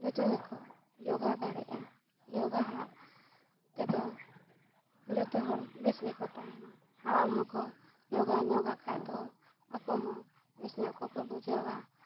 ᱡᱚᱛᱚ ᱜᱮᱠᱚ ᱡᱳᱜᱟ ᱫᱟᱲᱮᱭᱟᱜᱼᱟ ᱡᱳᱜᱟ ᱦᱟᱜ ᱛᱮᱫᱚ ᱡᱚᱛᱚ ᱦᱚᱲ ᱵᱮᱥ ᱜᱮᱠᱚ ᱛᱟᱦᱮᱱᱟ ᱦᱟᱲᱟᱢ ᱦᱚᱸᱠᱚ ᱡᱳᱜᱟ ᱧᱚᱜᱟ ᱠᱷᱟᱡ ᱫᱚ ᱟᱠᱚᱦᱚᱸ ᱵᱮᱥ ᱧᱚᱜ ᱠᱚᱠᱚ ᱵᱩᱡᱷᱟᱹᱣᱟ